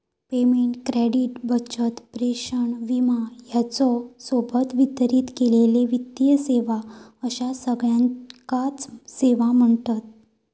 payment, credit, बचत, प्रेषण, विमा ह्येच्या सोबत वितरित केलेले वित्तीय सेवा अश्या सगळ्याकांच सेवा म्ह्णतत